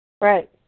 Right